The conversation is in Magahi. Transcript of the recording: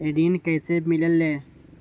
ऋण कईसे मिलल ले?